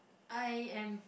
I am